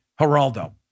Geraldo